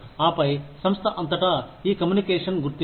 ఆపై సంస్థ అంతటా ఈ కమ్యూనికేషన్ గుర్తింపు